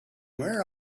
where